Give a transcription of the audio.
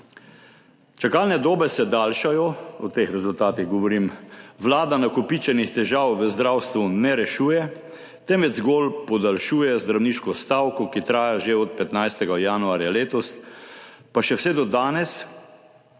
Čakalne dobe se daljšajo, o teh rezultatih govorim, vlada nakopičenih težav v zdravstvu ne rešuje, temveč zgolj podaljšuje zdravniško stavko, ki traja že od 15. januarja letos, pa še vse do danes